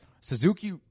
Suzuki